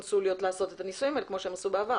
לקונסוליות לעשות את הנישואים האלה כמו שהם עשו בעבר?